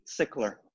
sickler